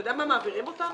אתה יודע מה מעבירים אותנו?